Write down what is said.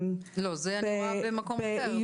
לא, את זה אני רואה במקום אחר.